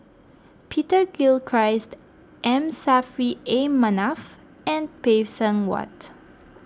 Peter Gilchrist M Saffri A Manaf and Phay Seng Whatt